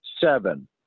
seven